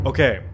Okay